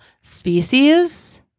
species